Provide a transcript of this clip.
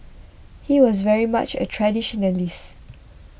he was very much a traditionalist